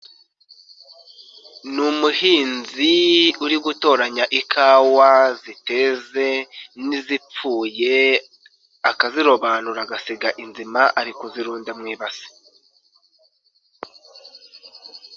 Ni umuhinzi uri gutoranya ikawa ziteze n'izipfuye akazirobanura agasiga inzima ari kuzirunda mu ibasi.